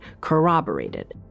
corroborated